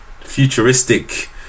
futuristic